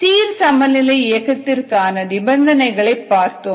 சீர் சமநிலை இயக்கத்திற்கான நிபந்தனைகளை பார்த்தோம்